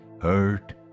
hurt